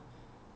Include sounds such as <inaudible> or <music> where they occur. <noise>